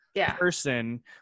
person